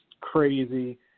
crazy